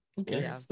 Okay